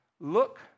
look